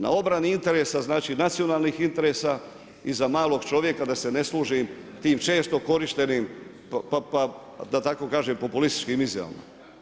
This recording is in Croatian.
Na obrani interesa, znači nacionalnih interesa i za malog čovjeka da se ne služi tim često korištenim da tako kažem populističkim izjavama.